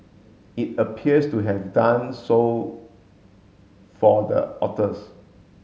it appears to have done so for the authors